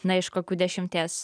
na iš kokių dešimties